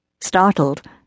Startled